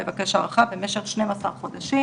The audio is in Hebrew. מבקש הארכה במשך 12 חודשים,